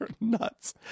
nuts